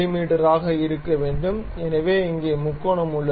me ஆக இருக்க வேண்டும் எனவே இங்கே முக்கோணம் உள்ளது